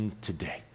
today